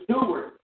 steward